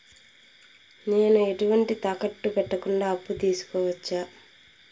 నేను ఎటువంటి తాకట్టు పెట్టకుండా అప్పు తీసుకోవచ్చా?